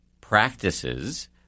practices